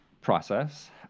process